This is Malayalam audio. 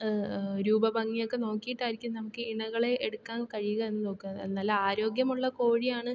രൂപ ഭംങ്ങിയൊക്കെ നോക്കിയിട്ട് ആയിരിക്കും നമുക്ക് ഇണകളെ എടുക്കാൻ കഴിയുക എന്ന് നോക്കുക നല്ല ആരോഗ്യമുള്ള കോഴിയാണ്